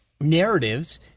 narratives